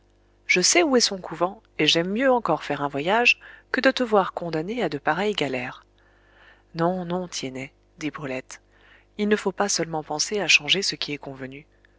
je sais où est son couvent et j'aime mieux encore faire un voyage que de te voir condamnée à de pareilles galères non non tiennet dit brulette il ne faut pas seulement penser à changer ce qui est convenu